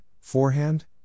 forehand